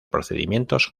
procedimientos